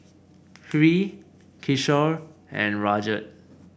Hri Kishore and Rajat